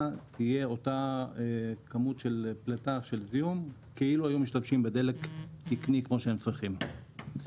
תהיה אותה כמות של זיהום כאילו היו משתמשים בדלק תקני כמו שצריך.